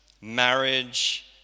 marriage